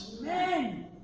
Amen